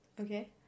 Okay